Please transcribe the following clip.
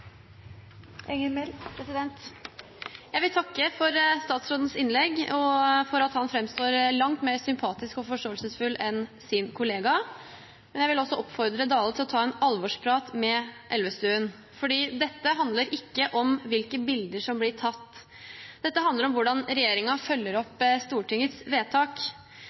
bidra med. Jeg vil takke for statsrådens innlegg og for at han framstår som langt mer sympatisk og forståelsesfull enn sin kollega. Jeg vil også oppfordre Dale til å ta en alvorsprat med Elvestuen. Dette handler ikke om hvilke bilder som blir tatt. Dette handler om hvordan regjeringen følger opp Stortingets vedtak.